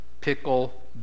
pickle